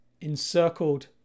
encircled